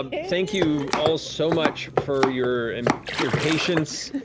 um thank you, all, so much for your and your patience,